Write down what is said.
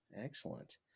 Excellent